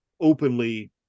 openly